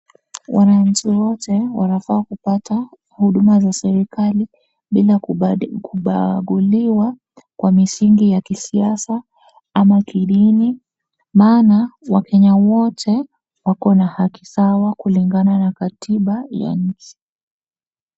Wananchi wote wanafaa kupata huduma za serikali bila kubaguliwa kwa misingi ya kisiasa ana kidini maana , wakenya wote wakona haki sawa kulingana na katiba ya nchi.